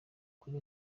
kuri